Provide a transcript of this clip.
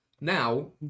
Now